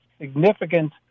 significant